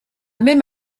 même